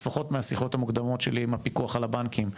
לפחות מהשיחות המוקדמות שלי עם הפיקוח על הבנקים,